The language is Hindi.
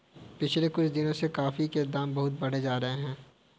पिछले कुछ दिनों से कॉफी के दाम बहुत बढ़ते जा रहे है